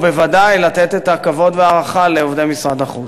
ובוודאי לתת את הכבוד וההערכה לעובדי משרד החוץ.